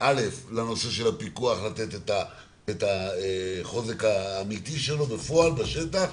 לפיקוח את החוזק האמיתי בפועלף בשטח,